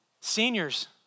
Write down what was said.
Seniors